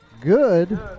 good